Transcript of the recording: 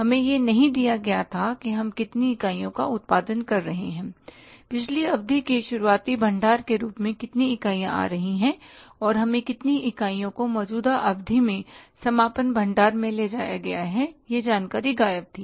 हमें यह नहीं दिया गया था कि हम कितनी इकाइयों का उत्पादन कर रहे हैं पिछली अवधि के शुरुआती भंडार के रूप में कितनी इकाइयाँ आ रही हैं और कितनी इकाइयों को मौजूदा अवधि से समापन भंडार में ले जाया गया है यह जानकारी गायब थी